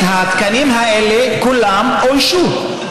התקנים האלה, כולם אוישו,